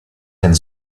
and